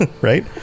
right